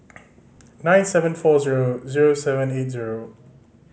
nine seven four zero zero seven eight zero